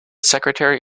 secretary